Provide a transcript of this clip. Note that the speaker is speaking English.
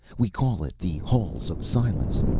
we call it the halls of silence.